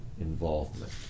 involvement